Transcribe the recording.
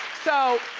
so,